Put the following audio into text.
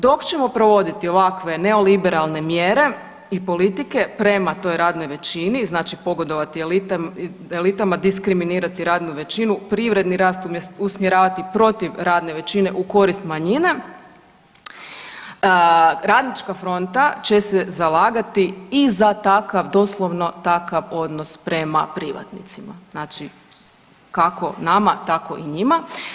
Dok ćemo provoditi ovakve neoliberalne mjere i politike prema toj radnoj većini znači pogodovati elitama, diskriminirati radnu većinu privredni rast usmjeravati protiv radne većine u korist manjine RF će se zalagati i za takav doslovno takav odnos prema privatnicima, znači kako nama tako i njima.